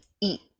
eat